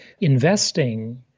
investing